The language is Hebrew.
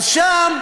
אז שם,